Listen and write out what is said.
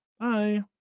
Bye